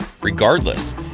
regardless